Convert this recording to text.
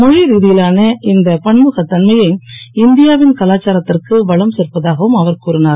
மொழி ரீதியிலான இந்த பன்முகத் தன்மையே இந்தியாவின் கலாச்சாரத்திற்கு வளம் சேர்ப்பதாகவும் அவர் கூறினார்